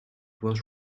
was